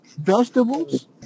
vegetables